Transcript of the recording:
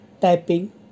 typing